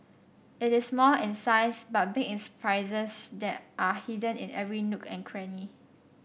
it is small in size but big in surprises that are hidden in every nook and cranny